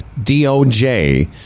DOJ